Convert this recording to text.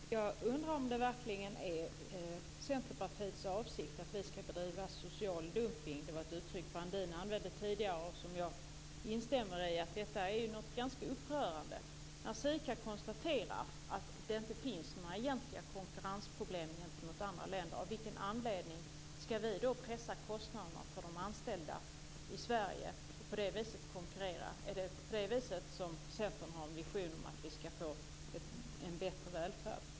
Fru talman! Jag undrar om det verkligen är Centerpartiets avsikt att vi skall bedriva social dumpning. Det är ett uttryck Brandin använde tidigare som jag instämmer i. Detta är något ganska upprörande. SIKA konstaterar att det inte finns några egentliga konkurrensproblem gentemot andra länder. Av vilken anledning skall vi då pressa kostnaderna för de anställda i Sverige och på det viset konkurrera? Är det på det viset som Centern anser att vi skall få en bättre välfärd?